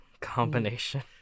combination